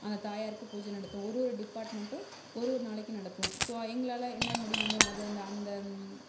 அந்த தாயாருக்கு பூஜை நடத்துவோம் ஒரு ஒரு டிபார்ட்மெண்ட்டும் ஒரு ஒரு நாளைக்கு நடத்துவோம் ஸோ எங்களால் என்ன முடியுமோ அதை அந்த